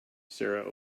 sarah